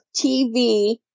TV